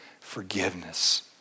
forgiveness